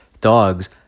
dogs